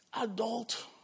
adult